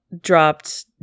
dropped